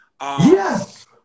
Yes